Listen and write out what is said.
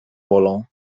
bolą